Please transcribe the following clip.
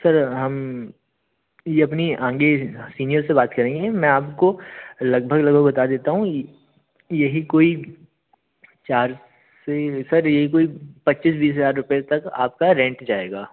sir हम ये अपनी आगे सीनियर से बात करेंगे मैं आपको लगभग लगभग बता देता हूँ यही कोई चार से सर यही कोई पच्चीस बीस हज़ार रुपये तक आपका रेंट जाएगा